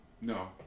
No